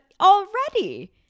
already